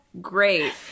great